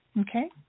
Okay